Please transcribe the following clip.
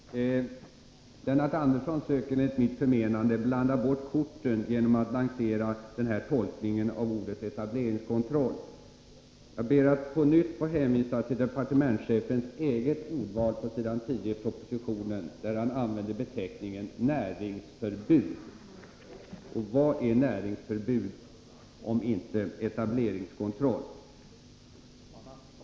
Herr talman! Lennart Andersson söker enligt mitt förmenande blanda bort korten genom den tolkning han gör av ordet etableringskontroll. Jag ber på nytt att få hänvisa till departementschefens eget ordval på s.10 i propositionen, där han använder beteckningen ”näringsförbud”. Vad är näringsförbud om inte etableringskontroll?